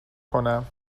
کنم